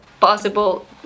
possible